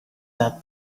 that